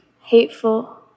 hateful